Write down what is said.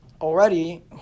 already